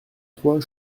trois